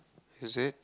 is it